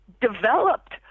developed